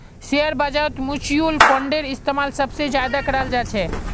share बाजारत mutual फंडेर इस्तेमाल सबसे ज्यादा कराल जा छे